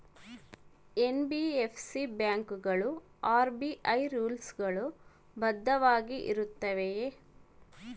NBFC ಬ್ಯಾಂಕುಗಳು RBI rules ಗಳು ಬದ್ಧವಾಗಿ ಇರುತ್ತವೆಯ?